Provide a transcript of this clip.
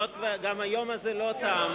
היות שגם היום הזה לא תם,